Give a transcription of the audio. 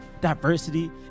diversity